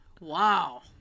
Wow